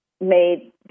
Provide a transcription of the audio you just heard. made